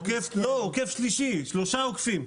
לא, הוא עוקף כבישים, שלושה עוקפים.